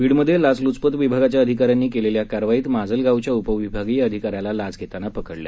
बीडमधे लाचल्चपत विभागाच्या अधिकाऱ्यांनी केलेल्या कारवाईत माजलगावच्या उपविभागीय अधिकाऱ्याला लाच घेताना पकडलं